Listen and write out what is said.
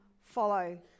follow